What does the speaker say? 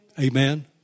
Amen